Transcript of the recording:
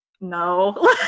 no